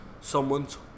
someone's